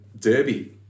Derby